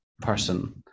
person